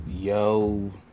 Yo